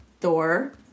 Thor